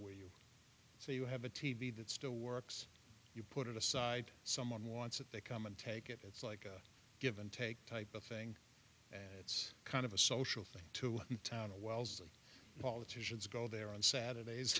where you say you have a t v that still works you put it aside someone wants it they come and take it it's like a give and take type of thing and it's kind of a social thing to town a wellesley politicians go there on saturday